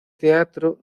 teatro